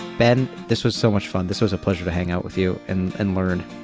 ben, this was so much fun. this was a pleasure to hang out with you and and learn.